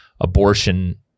abortion